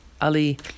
Ali